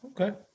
Okay